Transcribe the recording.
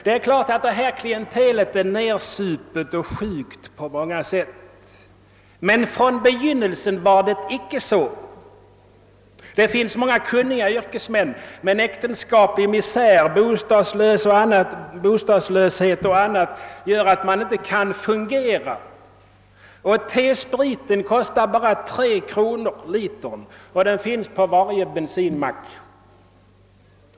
Självfallet är detta klientel nersupet och sjukt på många sätt. Men från begynnelsen var det inte så. Det finns många kunniga yrkesmän bland dem. Äktenskaplig misär, bostadslöshet och annat har emellertid gjort att de inte kan fungera — och T-spriten kostar bara tre kronor litern och finns på varje bensinmack.